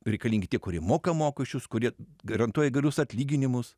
reikalingi tie kurie moka mokesčius kurie garantuoja gerus atlyginimus